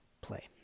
play